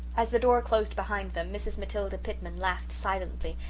as the door closed behind them mrs. matilda pitman laughed silently,